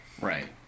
Right